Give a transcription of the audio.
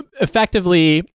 effectively